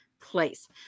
place